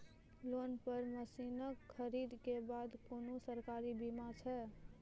Loan पर मसीनऽक खरीद के बाद कुनू सरकारी बीमा छै?